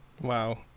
Wow